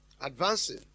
Advancing